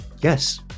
yes